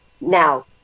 Now